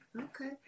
Okay